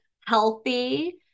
healthy